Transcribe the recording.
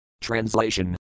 Translation